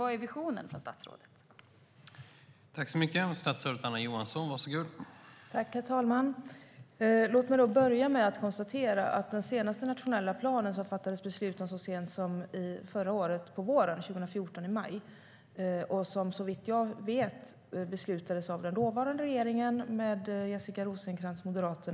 Vad är statsrådets vision?